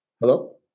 Hello